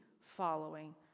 following